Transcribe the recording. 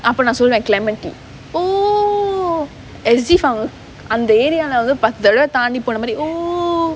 அப்ப நான் சொல்லுவேன்:appe naan solluvaen clementi oh as if அவங்க அந்த:avanga antha area னாக பத்து தடவ தாண்டி போன மாறி:naaka pathu thadava thaandi pona maari oh